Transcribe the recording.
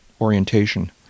orientation